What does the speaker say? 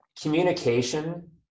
communication